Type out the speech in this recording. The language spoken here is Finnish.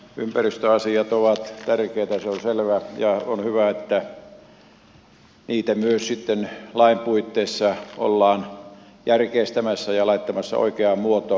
ympäristöasiat ovat tärkeitä se on selvä ja on hyvä että niitä myös sitten lain puitteissa ollaan järkeistämässä ja laittamassa oikeaan muotoon